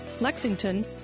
Lexington